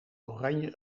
oranje